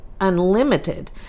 unlimited